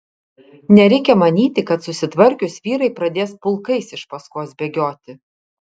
nereikia manyti kad susitvarkius vyrai pradės pulkais iš paskos bėgioti